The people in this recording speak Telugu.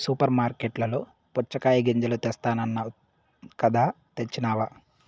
సూపర్ మార్కట్లలో పుచ్చగాయ గింజలు తెస్తానన్నావ్ కదా తెచ్చినావ